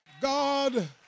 God